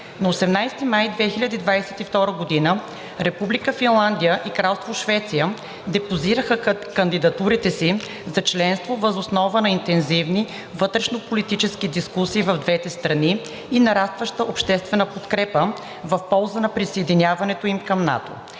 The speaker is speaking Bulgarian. На 18 май 2022 г. Република Финландия и Кралство Швеция депозираха кандидатурите си за членство въз основа на интензивни вътрешнополитически дискусии в двете страни и нарастваща обществена подкрепа в полза на присъединяването им към НАТО.